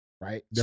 right